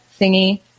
thingy